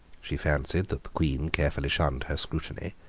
she fancied that the queen carefully shunned her scrutiny,